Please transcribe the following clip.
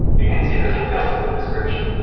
you can see the details in the description.